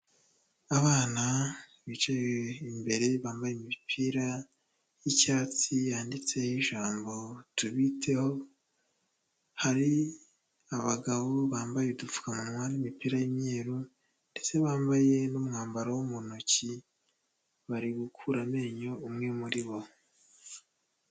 Abana bicaye imbere bambaye imipira y'icyatsi yanditseho ijambo tubiteho, hari abagabo bambaye udupfukamunwa n'imipira y'imyeru ndetse bambaye n'umwambaro wo mu ntoki, bari gukura amenyo umwe muri bo.